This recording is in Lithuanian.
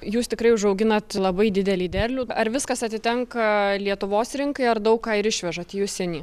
jūs tikrai užauginat labai didelį derlių ar viskas atitenka lietuvos rinkai ar daug ką ir išvežat į užsienį